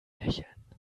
lächeln